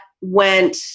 went